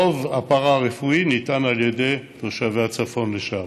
רוב הפארה-רפואי ניתן על ידי תושבי הצפון לשעבר,